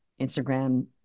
Instagram